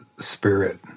spirit